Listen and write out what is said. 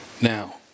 Now